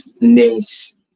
names